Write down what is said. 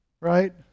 right